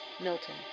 Milton